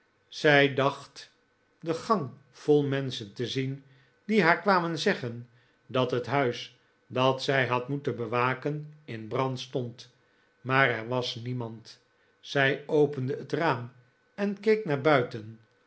zij dacht de gang vol menschen te zien die haar kwamen zeggen dat het huis dat zij had moeten bewaken in brand stond maar er was niemand zij opende het raam en keek naar buiten